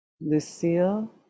Lucille